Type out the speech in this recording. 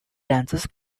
dances